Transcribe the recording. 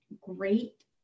great